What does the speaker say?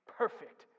perfect